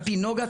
על פי נגה,